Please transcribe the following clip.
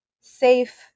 safe